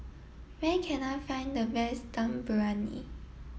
where can I find the best Dum Briyani